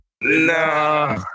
No